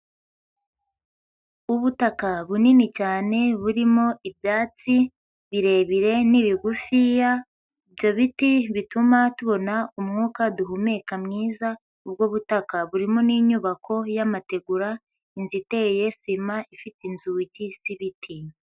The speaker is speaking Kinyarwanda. Ubutaka bunini cyane burimo ibyatsi birebire n'ibigufiya, ibyo biti bituma tubona umwuka duhumeka mwiza, ubwo butaka burimo n'inyubako y'amategura, inzu iteye sima ifite inzugi z'ibiti.